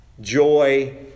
joy